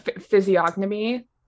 physiognomy